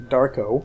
Darko